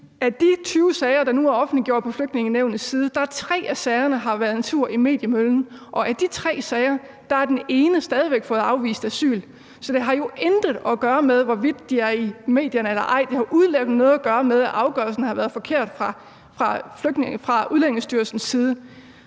af de 20 sager, der nu er offentliggjort på Flygtningenævnets hjemmeside, er der tre af sagerne, der har været en tur i mediemøllen, og ud af de tre sager har asylansøgeren i den ene af sagerne stadig væk fået afvist asyl. Så det har jo intet at gøre med, hvorvidt de er i medierne eller ej. Det har udelukkende noget at gøre med, at afgørelsen har været forkert fra Udlændingestyrelsens side.